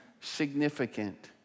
significant